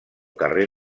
carrer